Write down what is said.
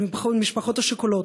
של המשפחות השכולות,